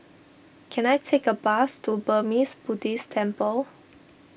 can I take a bus to Burmese Buddhist Temple